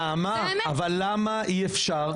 אבל למה אי אפשר,